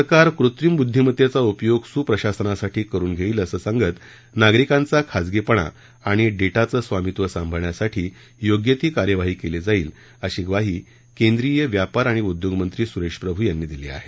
सरकार कृत्रिम बुद्धिमत्तेचा उपयोग सुप्रशासनासाठी करून घेईल असं सांगत नागरिकांचा खासगीपणा आणि डेटाचं स्वामित्व सांभाळण्यासाठी योग्य ती कार्यवाही केली जाईल अशी ग्वाही केंद्रीय व्यापार आणि उद्योगमंत्री सुरेश प्रभू यांनी दिली आहे